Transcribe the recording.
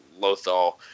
Lothal